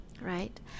right